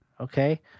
Okay